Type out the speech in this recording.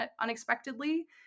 unexpectedly